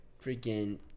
freaking